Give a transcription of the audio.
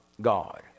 God